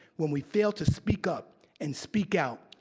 when we fail to speak up and speak out,